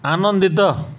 ଆନନ୍ଦିତ